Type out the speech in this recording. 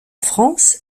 france